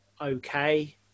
okay